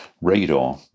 radar